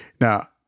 now